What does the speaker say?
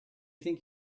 think